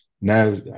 now